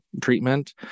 treatment